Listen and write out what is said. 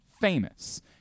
famous